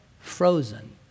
frozen